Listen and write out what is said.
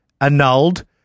annulled